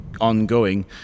ongoing